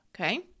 Okay